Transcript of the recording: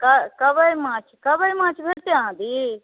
कबइ माछ कबइ माछ भेटतै अहाँ दिश